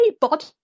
body